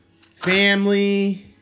family